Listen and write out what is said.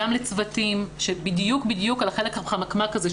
גם לצוותים, בדיוק על החלק החמקמק הזה.